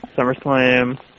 SummerSlam